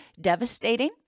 devastating